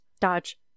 Dodge